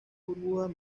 burbujas